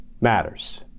matters